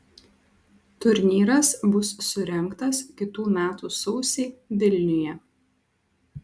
turnyras bus surengtas kitų metų sausį vilniuje